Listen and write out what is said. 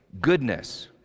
goodness